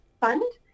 fund